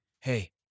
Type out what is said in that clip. hey